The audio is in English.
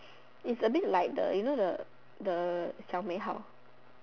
is a bit like the you know the the 小美好